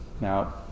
Now